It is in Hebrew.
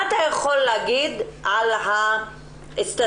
מה אתה יכול להגיד על הסטטיסטיקה?